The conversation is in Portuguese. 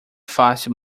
fácil